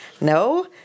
no